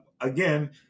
Again